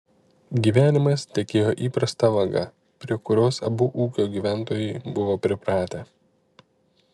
gyvenimas tekėjo įprasta vaga prie kurios abu ūkio gyventojai buvo pripratę